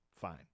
Fine